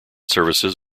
services